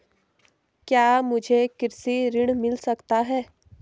क्या मुझे कृषि ऋण मिल सकता है?